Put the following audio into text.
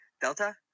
Delta